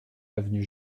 avenue